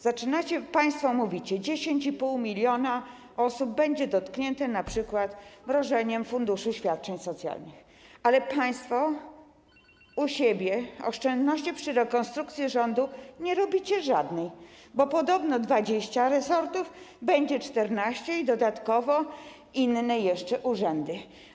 Zaczynacie państwo i mówicie: 10,5 mln osób będzie dotknięte np. mrożeniem funduszu świadczeń socjalnych, ale państwo u siebie oszczędności przy rekonstrukcji rządu nie robicie żadnej, bo podobno z 20 resortów będzie 14 i dodatkowo inne jeszcze urzędy.